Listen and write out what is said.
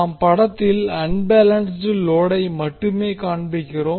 நாம் படத்தில் அன்பேலன்ஸ்ட் லோடை மட்டுமே காண்பிக்கிறோம்